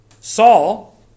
Saul